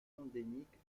endémiques